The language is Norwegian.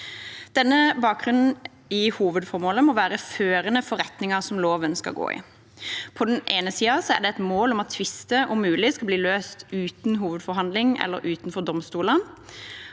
Denne bakgrunnen i hovedformålet må være førende for retningen loven skal gå i. På den ene siden er det et mål at tvister om mulig skal bli løst uten hovedforhandling, eller utenfor domstolene.